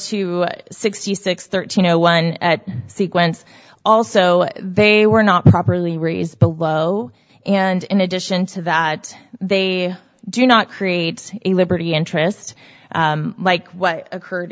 to sixty six thirteen zero one sequence also they were not properly raised below and in addition to that they do not create a liberty interest like what occurred